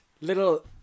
little